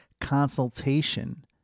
consultation